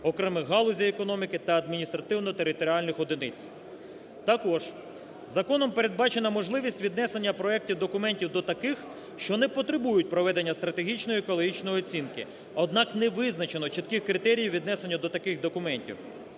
окремих галузей економіки та адміністративно-територіальних одиниць. Також законом передбачена можливість віднесення проектів документів до таких, що не потребують проведення стратегічно-екологічної оцінки, однак, не визначено чітких критеріїв віднесення до таких документів.